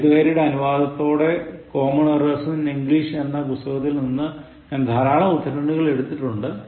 എഴുത്തുകാരിയുടെ അനുവാദത്തോടെ Common Errors in English എന്ന ഈ പുസ്തകത്തിൽ നിന്ന് ഞാൻ ധാരാളം ഉദ്ധരണികൾ എടുത്തിട്ടുണ്ട്